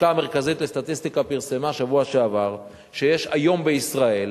הלשכה המרכזית לסטטיסטיקה פרסמה בשבוע שעבר שיש היום בישראל